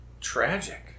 tragic